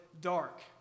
dark